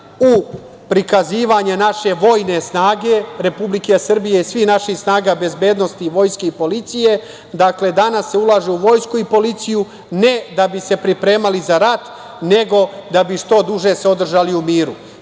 u prikazivanje naše vojne snage Republike Srbije, svih naših snaga bezbednosti vojske i policije. Dakle, danas se ulaže u vojsku i policiju ne da bi se pripremali za rat, nego da bi se što duže održali u miru,